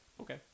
okay